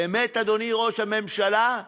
באמת, אדוני ראש הממשלה?